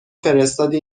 فرستادی